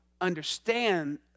understand